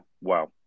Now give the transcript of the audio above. wow